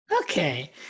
Okay